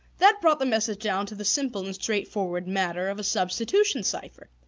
that brought the message down to the simple and straightforward matter of a substitution cipher.